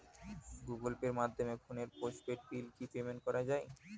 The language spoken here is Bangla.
গুগোল পের মাধ্যমে ফোনের পোষ্টপেইড বিল কি পেমেন্ট করা যায়?